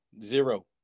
Zero